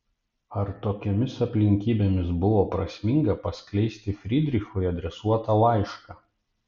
ar tokiomis aplinkybėmis buvo prasminga paskleisti frydrichui adresuotą laišką